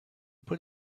put